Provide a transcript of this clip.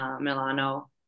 Milano